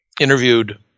interviewed